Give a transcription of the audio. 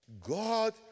God